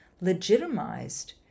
legitimized